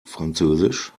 französisch